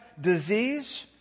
disease